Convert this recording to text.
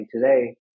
today